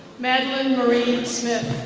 madelyn marie smith.